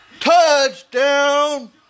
Touchdown